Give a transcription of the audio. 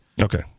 Okay